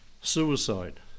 Suicide